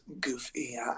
goofy